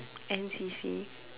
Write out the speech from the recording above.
N_C_C